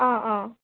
অঁ অঁ